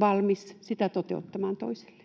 valmis sitä toteuttamaan toiselle,